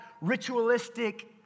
ritualistic